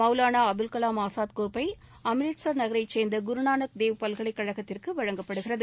மௌலானா அபுல்கலாம் ஆசாத் கோப்பை அம்ரிட்சர் நகரைச் சேர்ந்த குருநானக் தேவ் பல்கலைக்கழகத்திற்கு வழங்கப்படுகிறது